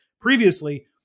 previously